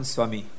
Swami